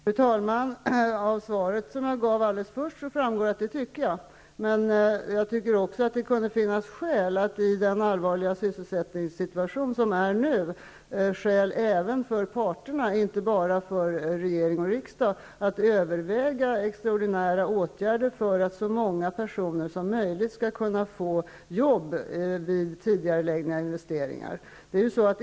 Fru talman! Av svaret som jag gav i mitt första anförande framgår det att jag tycker att arbetsmarknadens parter skall ha den här friheten. Men jag tycker också att det i den rådande allvarliga sysselsättningssituationen finns skäl även för parterna, inte bara för regering och riksdag, att överväga extraordinära åtgärder för att så många personer som möjligt skall kunna få jobb vid tidigareläggning av investeringar.